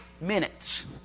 minutes